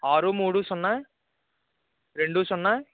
ఆరు మూడు సున్నా రెండు సున్నా